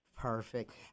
Perfect